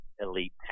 elite